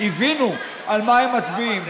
הבינו על מה הם מצביעים.